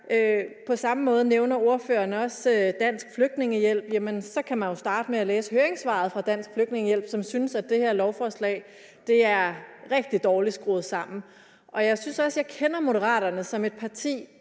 På samme måde nævner ordføreren også Dansk Flygtningehjælp. Så kan man jo starte med at læse høringssvaret fra Dansk Flygtningehjælp, som synes, det her lovforslag er rigtig dårligt skruet sammen. Jeg synes også, jeg kender Moderaterne som et parti,